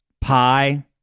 pie